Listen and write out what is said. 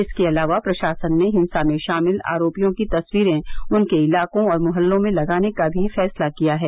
इसके अलावा प्रशासन ने हिंसा में शामिल आरोपियों की तस्वीरें उनके इलाकों और मुहल्लों में लगाने का भी फैंसला किया है